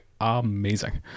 amazing